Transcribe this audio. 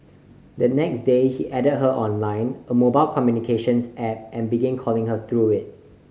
the next day he added her on Line a mobile communications app and began calling her through it